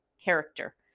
character